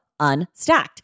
Unstacked